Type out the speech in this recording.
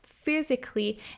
physically